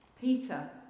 Peter